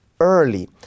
early